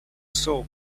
soap